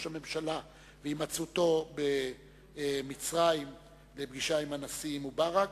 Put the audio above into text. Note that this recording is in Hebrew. הממשלה והימצאותו במצרים לפגישה עם הנשיא מובארק,